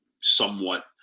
somewhat –